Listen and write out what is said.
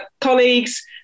colleagues